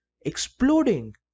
exploding